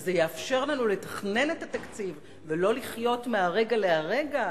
וזה יאפשר לנו לתכנן את התקציב ולא לחיות מרגע לרגע.